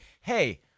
hey